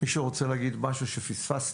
מישהו רוצה להגיד משהו שפספסתי?